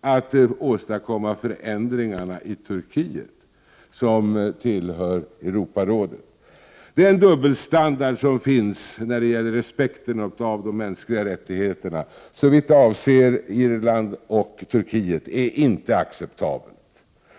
att åstadkomma förändringar i Turkiet, som tillhör Europarådet. Den dubbelstandard som finns när det gäller respekten för de mänskliga rättigheterna, såvitt avser Irland och Turkiet, är inte acceptabel.